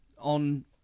on